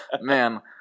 Man